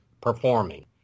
performing